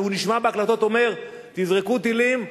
הוא נשמע בהקלטות אומר: תזרקו טילים "בעדין"